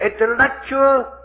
intellectual